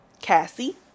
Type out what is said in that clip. Cassie